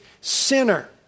sinner